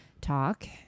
talk